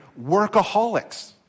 workaholics